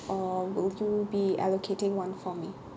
or will you be allocating one for me